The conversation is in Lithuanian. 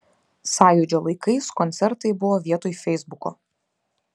sąjūdžio laikais koncertai buvo vietoj feisbuko